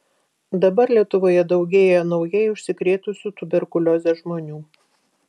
dabar lietuvoje daugėja naujai užsikrėtusių tuberkulioze žmonių